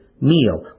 meal